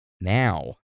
Now